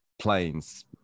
planes